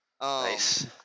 nice